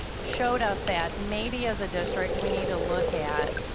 showed us that maybe as a district we need to look at